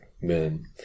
men